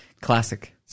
classic